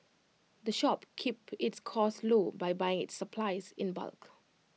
the shop keep its costs low by buying its supplies in bulk